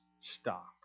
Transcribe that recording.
stop